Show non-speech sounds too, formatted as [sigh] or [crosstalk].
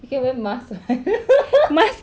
you can wear mask [what] [noise]